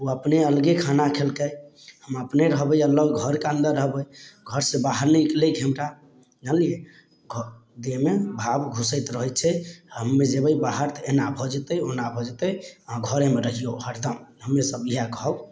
अपने अलगे खाना खयलकै हम अपने रहबै अलग घरके अन्दर रहबै घर से बाहर नहि निकलैके हुनका जनलियै देहमे भाव घुसैत रहैत छै हमहुँ जयबै बाहर तऽ एन्ना भऽ जयतै ओना भऽ जेतै अहाँ घरेमे रहियौ हरदम हमरे सब लग इहा खाउ